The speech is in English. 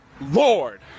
Lord